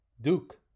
Duke